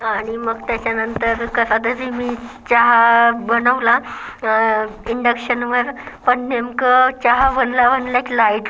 आणि मग त्याच्यानंतर कसातरी मी चहा बनवला इंडक्शनवर पण नेमकं चहा बनल्या बनल्याच लाईट